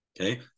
Okay